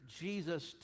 jesus